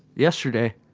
yesterday?